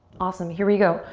awesome, here we go.